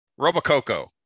Robococo